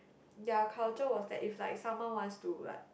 their culture was that if like someone wants to like